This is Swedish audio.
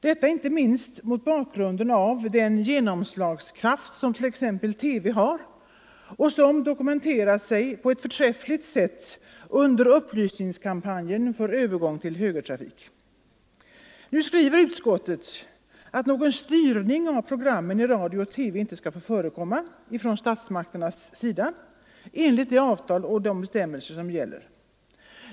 Detta önskar vi inte minst mot bakgrund av den genomslagskraft som t.ex. TV har och som dokumenterades på ett förträffligt sätt under upplysningskampanjen för övergången till högertrafik. Nu skriver utskottet att någon styrning av programmen i radio och TV inte skall få förekomma från statsmakternas sida enligt det avtal och de bestämmelser som gäller.